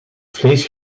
vlees